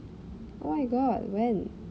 oh my god when